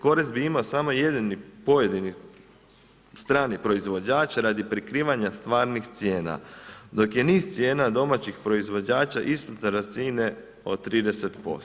Korist bi imao samo jedini pojedini strani proizvođač radi prikivanja stvarnih cijena dok je niz domaćih proizvođača ispod razine od 30%